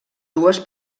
dues